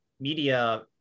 media